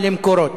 גם ל"מקורות".